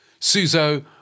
Suzo